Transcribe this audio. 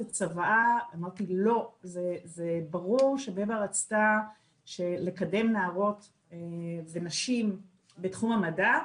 הצוואה אני אמרתי "..לא! זה ברור שבבה רצתה לקדם נערות ונשים בתחום המדע.."